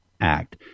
act